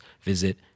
visit